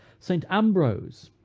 saint ambrose,